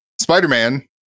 Spider-Man